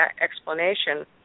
explanation